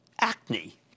acne